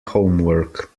homework